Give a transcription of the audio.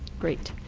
great.